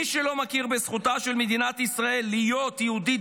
מי שלא מכיר בזכותה של מדינת ישראל להיות יהודית,